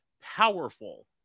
powerful